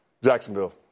Jacksonville